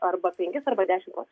arba penkis arba dešimt procentų